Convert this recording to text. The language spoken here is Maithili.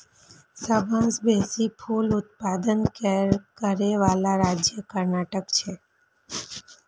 सबसं बेसी फूल उत्पादन करै बला राज्य कर्नाटक छै